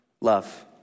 Love